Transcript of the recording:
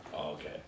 Okay